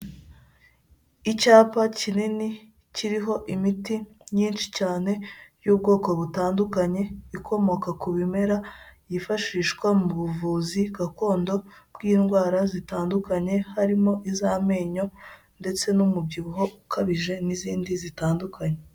Icyapa kinini kiriho imiti myinshi cyane y'ubwoko butandukanye, ikomoka ku bimera byifashishwa mu buvuzi gakondo bw'indwara zitandukanye, harimo iz' amenyo ndetse n' umubyibuho ukabije n'izindi zitandukanye.